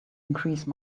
increase